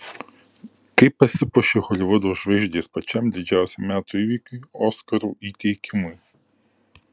kaip pasipuošia holivudo žvaigždės pačiam didžiausiam metų įvykiui oskarų įteikimui